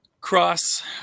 cross